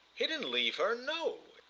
he didn't leave her no.